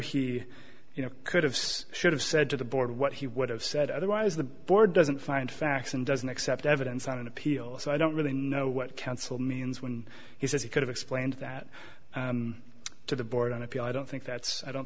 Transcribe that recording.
he could have sex should have said to the board what he would have said otherwise the board doesn't find facts and doesn't accept evidence on appeal so i don't really know what counsel means when he says he could have explained that to the board on appeal i don't think that's i don't